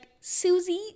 Susie